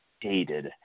dated